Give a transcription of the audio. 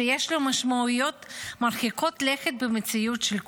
שיש לו משמעויות מרחיקות לכת במציאות של כולנו.